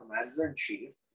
Commander-in-Chief